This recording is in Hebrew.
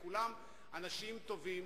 כולם אנשים טובים,